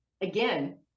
again